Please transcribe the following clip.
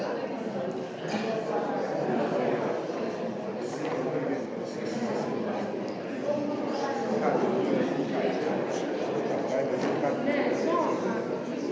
Hvala.